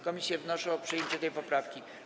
Komisje wnoszą o przyjęcie tej poprawki.